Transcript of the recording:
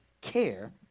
care